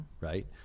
Right